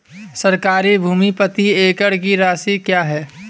सरकारी भूमि प्रति एकड़ की राशि क्या है?